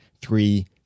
three